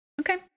Okay